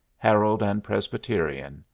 herald and presbyterian,